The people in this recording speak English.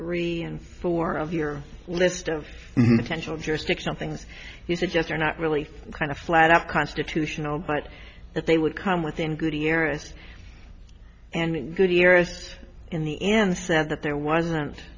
three and four of your list of potential jurisdictional things you suggest are not really kind of flat out constitutional but that they would come within good eras and good eras in the end said that there wasn't